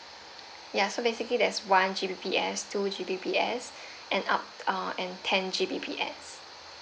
ya so basically there's one G_B_P_S two G_B_P_S and up uh and ten G_B_P_S